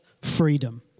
freedom